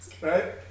right